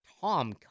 Tom